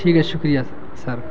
ٹھیک ہے شکریہ سر